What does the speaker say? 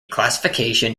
classification